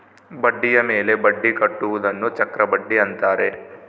ಬಡ್ಡಿಯ ಮೇಲೆ ಬಡ್ಡಿ ಕಟ್ಟುವುದನ್ನ ಚಕ್ರಬಡ್ಡಿ ಅಂತಾರೆ